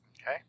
Okay